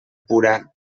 pura